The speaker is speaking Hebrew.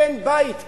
אין בית כמעט,